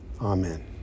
amen